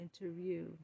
interview